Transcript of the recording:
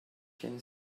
can